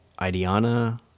Idiana